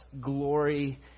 glory